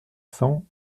cents